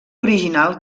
original